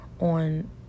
on